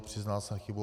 Přiznal jsem chybu.